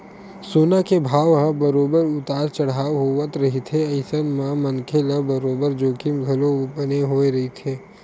सोना के भाव ह बरोबर उतार चड़हाव होवत रहिथे अइसन म मनखे ल बरोबर जोखिम घलो बने होय रहिथे